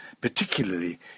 particularly